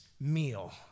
meal